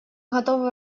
готовы